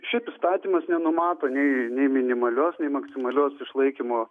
šiaip įstatymas nenumato nei nei minimalios nei maksimalios išlaikymo